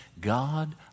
God